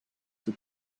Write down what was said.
will